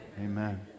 Amen